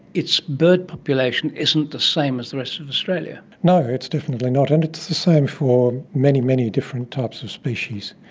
its bird population isn't the same as the rest of australia. no, it's definitely not, and it's the same for many, many different types of species.